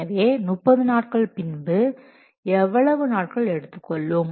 எனவே 30 நாட்கள் பின் எவ்வளவு நாட்கள் எடுத்துக்கொள்ளும்